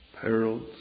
perils